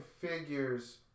figures